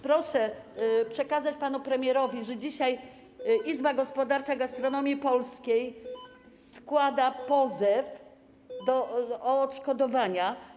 Proszę przekazać panu premierowi, że dzisiaj Izba Gospodarcza Gastronomii Polskiej składa pozew o odszkodowania.